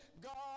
God